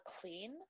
clean